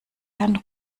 herrn